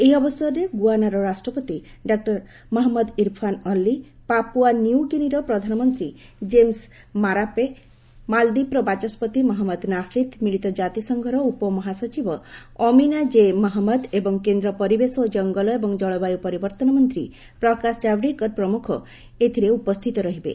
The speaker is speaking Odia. ଏହି ଅବସରରେ ଗୁଆନାର ରାଷ୍ଟ୍ରପତି ଡକୁର ମହମ୍ମଦ ଇରଫାନ ଅଲ୍ଲୀ ପାପୁଆ ନ୍ୟୁଗିନିର ପ୍ରଧାନମନ୍ତ୍ରୀ ଜେମସ୍ ମାରାପେ ମାଳଦୀପର ବାଚସ୍କତି ମହମ୍ମଦ ନାସିଦ୍ ମିଳିତ କାତିସଂଘର ଉପମହାସଚିବ ଅମିନା କ୍ଷେ ମହମ୍ମଦ ଏବଂ କେନ୍ଦ୍ର ପରିବେଶ ଓ ଜଙ୍ଗଲ ଏବଂ ଜଳବାୟୁ ପରିବର୍ତ୍ତନ ମନ୍ତ୍ରୀ ପ୍ରକାଶ ଜାଭଡେକର ପ୍ରମୁଖ ଉପସ୍ଥିତ ରହିବେ